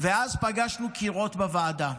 ואז פגשנו קירות בוועדה.